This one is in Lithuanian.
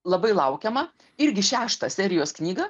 labai laukiama irgi šeštos serijos knyga